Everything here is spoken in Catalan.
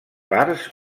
parts